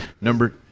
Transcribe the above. Number